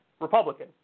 Republican